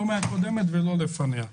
לא מהוועדה הקודמת ולא מזו שלפניה.